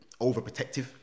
overprotective